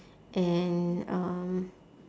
and um